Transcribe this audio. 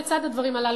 לצד הדברים הללו,